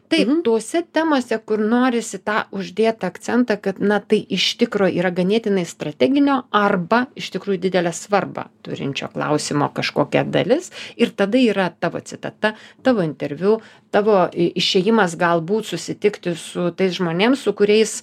taip tose temose kur norisi tą uždėt akcentą kad na tai iš tikro yra ganėtinai strateginio arba iš tikrųjų didelę svarbą turinčio klausimo kažkokia dalis ir tada yra ta va citata tavo interviu tavo išėjimas galbūt susitikti su tais žmonėm su kuriais